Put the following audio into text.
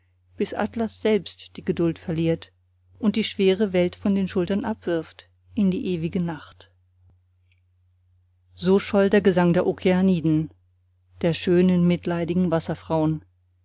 bis atlas selbst die geduld verliert und die schwere welt von den schultern abwirft in die ewige nacht so scholl der gesang der okeaniden der schönen mitleidigen